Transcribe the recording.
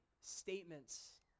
statements